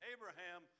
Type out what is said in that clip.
Abraham